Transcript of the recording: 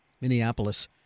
Minneapolis